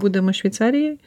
būdama šveicarijoj